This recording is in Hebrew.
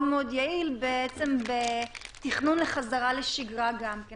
מאוד יעיל בעצם בתכנון לחזרה לשגרה גם כן.